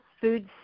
food